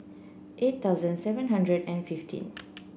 eight thousand seven hundred and fifteen